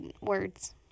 words